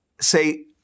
say